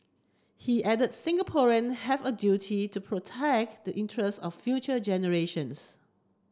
he added Singaporean have a duty to protect the interest of future generations